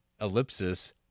Ellipsis